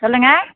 சொல்லுங்க